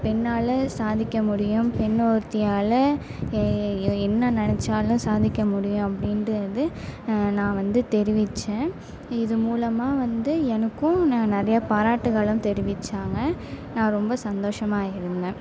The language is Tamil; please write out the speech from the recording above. பெண்ணால் சாதிக்க முடியும் பெண்ணொருத்தியால் என்ன நினச்சாலும் சாதிக்க முடியும் அப்படின்டு வந்து நான் வந்து தெரிவித்தேன் இது மூலமா வந்து எனக்கும் நிறைய பாராட்டுகளும் தெரிவித்தாங்க நான் ரொம்ப சந்தோஷமாக இருந்தேன்